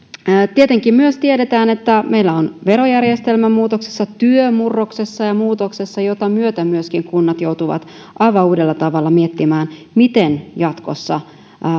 tietenkin myös tiedetään että meillä on verojärjestelmä muutoksessa työ murroksessa ja muutoksessa jota myötä myöskin kunnat joutuvat aivan uudella tavalla miettimään miten jatkossa